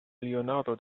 leonardo